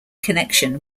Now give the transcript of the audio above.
connection